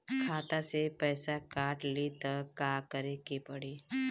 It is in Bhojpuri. खाता से पैसा काट ली त का करे के पड़ी?